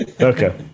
Okay